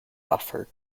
offer